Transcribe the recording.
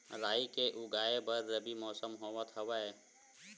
राई के उगाए बर रबी मौसम होवत हवय?